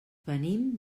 venim